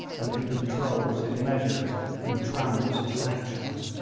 and who controls his measures and trammels his actions.